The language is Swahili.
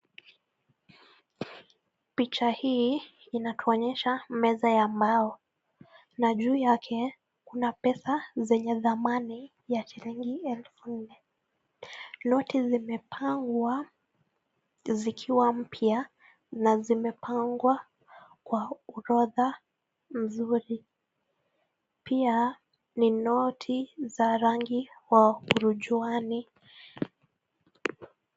Picha hii inatuonyesha meza ya mbao. Na juu yake kuna pesa zenye thamani ya shilingi elfu nne. Noti zimepangwa zikiwa mpya na zimepangwa kwa orodha mzuri. Pia ni noti za rangi ya urujuani.